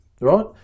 right